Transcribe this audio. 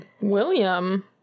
William